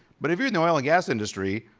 but if you're in the oil and gas industry,